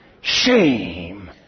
Shame